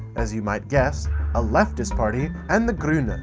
as you might guess a leftist party, and the grune, and